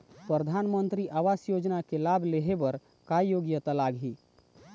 परधानमंतरी आवास योजना के लाभ ले हे बर का योग्यता लाग ही?